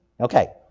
Okay